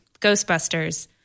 Ghostbusters